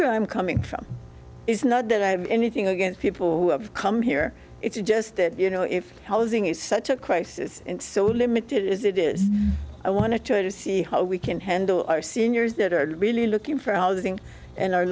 where i'm coming from is not that i have anything against people who have come here it's just that you know if housing is such a crisis and so limited is it is i want to try to see how we can handle our seniors that are really looking for housing and are